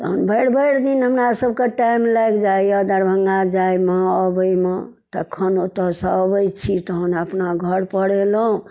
तहन भरि भरि दिन हमरा सभक टाइम लागि जाइए दरभङ्गा जाइमे अबैमे तखन ओतऽसँ अबैत छी तहन अपना घर पर एलहुँ